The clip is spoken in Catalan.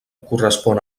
correspon